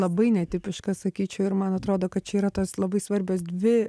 labai netipiškas sakyčiau ir man atrodo kad čia yra tos labai svarbios dvi